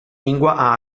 lingua